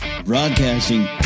Broadcasting